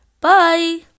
Bye